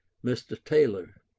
mr. taylor.